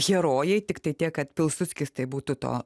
herojai tiktai tiek kad pilsudskis tai būtų to